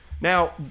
Now